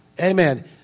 amen